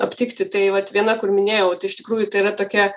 aptikti tai vat viena kur minėjau tai iš tikrųjų tai yra tokia